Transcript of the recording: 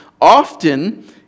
often